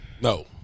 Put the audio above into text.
No